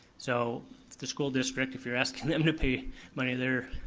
so the school district, if you're asking them to pay money, they